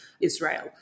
Israel